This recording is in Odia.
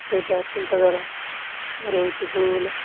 ସେଇଟା ଚିନ୍ତାଧାରା ରହୁଛି ସବୁବେଳେ